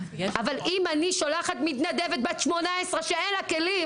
אבל אם אני שולחת מתנדבת בת 18 שאין לה כלים,